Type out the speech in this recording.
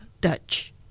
Dutch